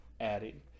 adding